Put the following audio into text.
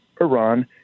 Iran